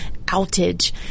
outage